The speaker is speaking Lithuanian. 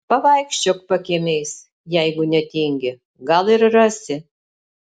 pavaikščiok pakiemiais jeigu netingi gal ir rasi